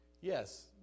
Yes